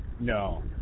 no